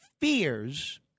fears